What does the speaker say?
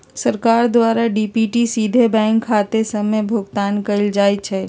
सरकार द्वारा डी.बी.टी सीधे बैंक खते सभ में भुगतान कयल जाइ छइ